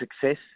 success